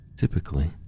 Typically